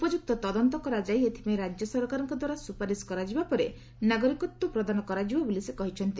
ଉପଯୁକ୍ତ ତଦନ୍ତ କରାଯାଇ ଏଥିପାଇଁ ରାଜ୍ୟ ସରକାରଙ୍କ ଦ୍ୱାରା ସୁପାରିଶ କରାଯିବା ପରେ ନାଗରିକତ୍ୱ ପ୍ରଦାନ କରାଯିବ ବୋଲି ସେ କହିଛନ୍ତି